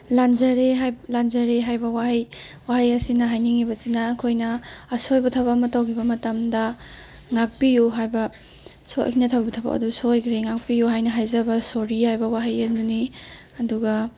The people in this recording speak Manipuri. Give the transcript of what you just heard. ꯂꯥꯟꯖꯔꯦ ꯍꯥꯏꯕ ꯂꯥꯟꯖꯔꯦ ꯍꯥꯏꯕ ꯋꯥꯍꯩ ꯋꯥꯍꯩ ꯑꯁꯤꯅ ꯍꯥꯏꯅꯤꯡꯉꯤꯕꯁꯤꯅ ꯑꯈꯣꯏꯅ ꯑꯁꯣꯏꯕ ꯊꯕꯛ ꯑꯃ ꯇꯧꯈꯤꯕ ꯃꯇꯝꯗ ꯉꯥꯛꯄꯤꯌꯨ ꯍꯥꯏꯕ ꯁꯣꯏꯅ ꯇꯧꯈꯤꯕ ꯊꯕꯛ ꯑꯗꯨ ꯁꯣꯏꯈ꯭ꯔꯦ ꯉꯥꯛꯄꯤꯌꯨ ꯍꯥꯏꯅ ꯍꯥꯏꯖꯕ ꯁꯣꯔꯤ ꯍꯥꯏꯕ ꯋꯥꯍꯩ ꯑꯗꯨꯅꯤ ꯑꯗꯨꯒ